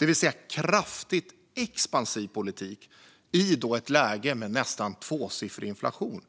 alltså en kraftigt expansiv politik i ett läge med nästan tvåsiffrig inflation.